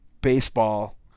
baseball